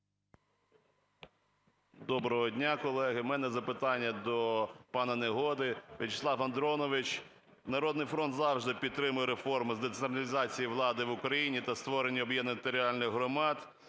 Доброго дня, колеги! В мене запитання до пана Негоди. В'ячеслав Андронович, "Народний фронт" завжди підтримує реформу з децентралізації влади в Україні та створенні об'єднаних територіальних громад,